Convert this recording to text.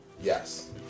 Yes